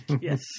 Yes